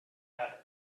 better